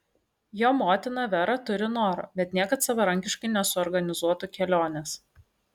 jo motina vera turi noro bet niekad savarankiškai nesuorganizuotų kelionės